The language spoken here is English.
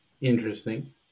Interesting